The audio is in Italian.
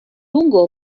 lungo